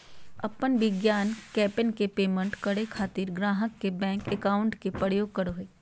अपन विज्ञापन कैंपेन के पेमेंट करे खातिर ग्राहक के बैंक अकाउंट के उपयोग करो हइ